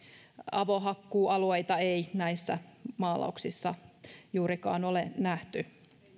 avohakkuualueita ei näissä maalauksissa juurikaan ole nähty